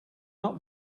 not